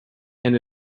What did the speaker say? and